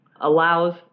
allows